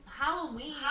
Halloween